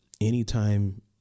anytime